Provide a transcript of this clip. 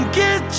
get